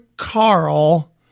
Carl